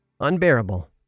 Unbearable